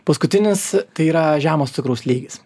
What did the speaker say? paskutinis tai yra žemas cukraus lygis